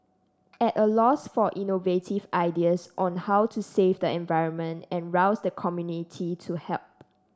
at a loss for innovative ideas on how to save the environment and rouse the community to help